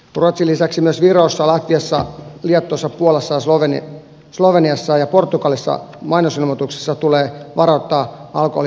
ruotsin lisäksi myös virossa latviassa liettuassa puolassa sloveniassa ja portugalissa mainosilmoituksissa tulee varoittaa alkoholin haitoista